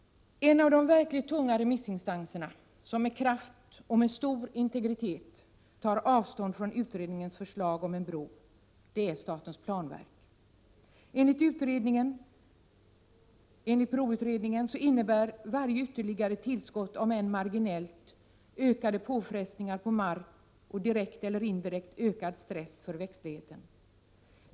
En av de verkligt tunga remissinstanserna som med kraft och med stor integritet tar avstånd från utredningens förslag om en bro är statens planverk. Enligt utredningen innebär varje ytterligare tillskott, om än marginellt, ökade påfrestningar på mark och direkt eller indirekt ökad stress för växtligheten.